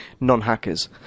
non-hackers